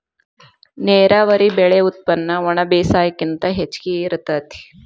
ನೇರಾವರಿ ಬೆಳೆ ಉತ್ಪನ್ನ ಒಣಬೇಸಾಯಕ್ಕಿಂತ ಹೆಚಗಿ ಇರತತಿ